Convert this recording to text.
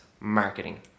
marketing